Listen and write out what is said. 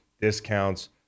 discounts